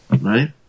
Right